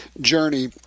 journey